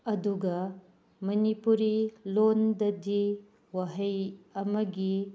ꯑꯗꯨꯒ ꯃꯅꯤꯄꯨꯔꯤ ꯂꯣꯟꯗꯗꯤ ꯋꯥꯍꯩ ꯑꯃꯒꯤ